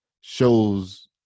shows